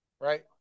right